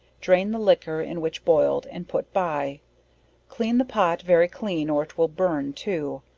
drain the liquor in which boiled and put by clean the pot very clean or it will burn too,